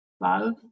love